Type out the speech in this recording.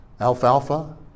Alfalfa